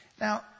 Now